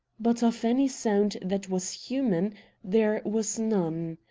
but of any sound that was human there was none.